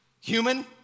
human